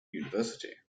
university